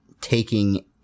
taking